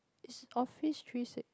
is office three six